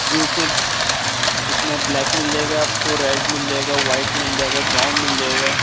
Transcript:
جی اس میں اس میں بلیک مل جائے گا آپ کو ریڈ مل جائے گا وائٹ مل جائے گا براؤن مل جائے گا